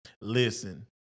listen